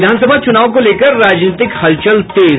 विधान सभा चूनाव को लेकर राजनीतिक हलचल तेज